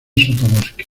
sotobosque